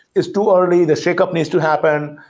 it's too early that shake up needs to happen.